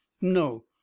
No